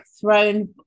thrown